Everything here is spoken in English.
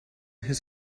his